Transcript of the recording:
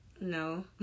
No